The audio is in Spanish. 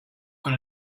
con